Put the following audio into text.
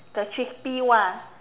the crispy one